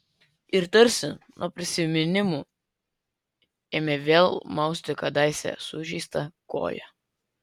ir tarsi nuo prisiminimų ėmė vėl mausti kadaise sužeistą koją